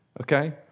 Okay